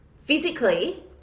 Physically